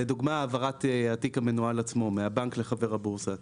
לדוגמה העברת התיק המנוהל עצמו מהבנק לחבר הבורסה.